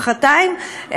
מחרתיים,